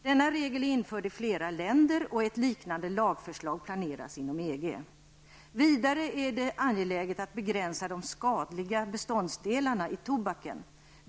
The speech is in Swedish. Denna regel är införd i flera länder, och ett liknande lagförslag planeras inom EG. Vidare är det angeläget att begränsa de skadliga beståndsdelarna i tobaken.